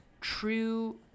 true